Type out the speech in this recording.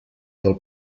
del